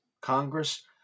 Congress